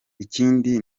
ikindi